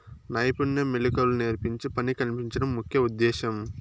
నైపుణ్య మెళకువలు నేర్పించి పని కల్పించడం ముఖ్య ఉద్దేశ్యం